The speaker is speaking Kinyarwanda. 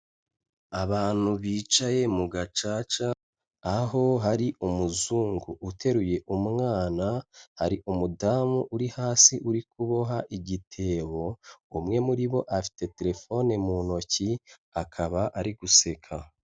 Abantu bicaye mu gacaca, aho hari umuzungu uteruye umwana, hari umudamu uri hasi uri kuboha igitebo umwe, muri bo afite terefone mu ntoki, akaba ari guseka.